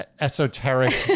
esoteric